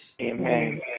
Amen